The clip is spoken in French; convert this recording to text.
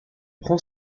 prend